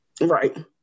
right